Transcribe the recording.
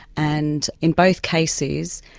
and in both cases,